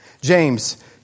James